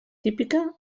típica